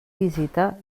visita